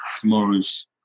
tomorrow's